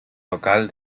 local